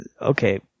okay